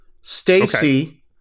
Stacy